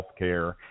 healthcare